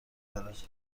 دارد